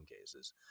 cases